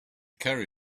carry